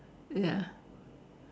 ya